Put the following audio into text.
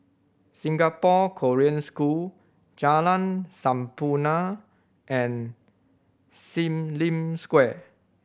Singapore Korean School Jalan Sampurna and Sim Lim Square